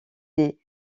des